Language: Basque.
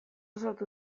sortu